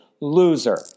loser